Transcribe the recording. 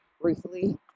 briefly